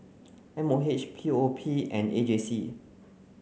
M O H P O P and A J C